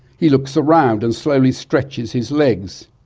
he looks around and slowly stretches his legs.